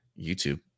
YouTube